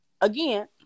again